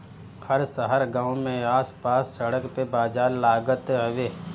हर शहर गांव में आस पास सड़क पे बाजार लागत हवे